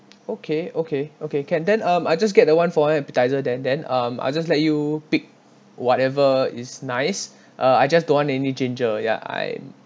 okay okay okay can then um I just get the one for one appetizer then then um I'll just let you pick whatever is nice uh I just don't want any ginger ya I'm